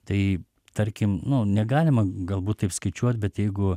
tai tarkim nu negalima galbūt taip skaičiuot bet jeigu